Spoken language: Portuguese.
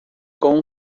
com